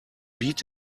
beat